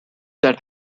that